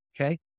Okay